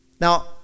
Now